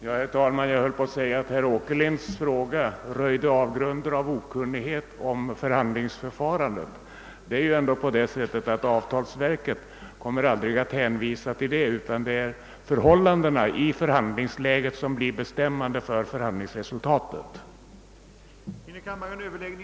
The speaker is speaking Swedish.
Herr talman! Jag skulle faktiskt vilja säga att herr Åkerlinds fråga röjde avgrundslik okunnighet om förhandlingsförfarandet. Det är ändå på det sättet att avtalsverket aldrig kommer att hänvisa till ett sådant beslut. Det är i stället förhållandena i respektive förhandlingslägen som blir bestämmande för förhandlingsresultaten.